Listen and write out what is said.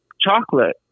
chocolate